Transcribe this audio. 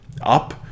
up